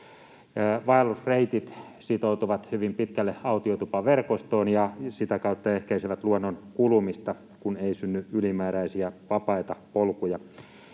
Vaellusreitit sitoutuvat hyvin pitkälle autiotupaverkostoon ja sitä kautta ehkäisevät luonnon kulumista, kun ei synny ylimääräisiä vapaita polkuja.